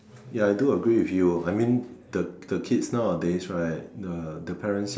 ya I do agree with you I mean the the kids nowadays right the the parents just